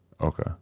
Okay